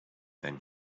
then